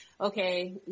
okay